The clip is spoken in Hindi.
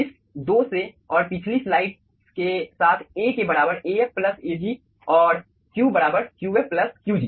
इस 2 से और पिछली स्लाइड्स के साथ A के बराबर Af प्लस Ag और Q बराबर Q f प्लस Qg